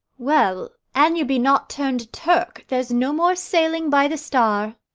well, an you be not turned turk, there's no more sailing by the star.